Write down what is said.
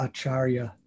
Acharya